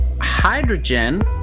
hydrogen